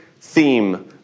theme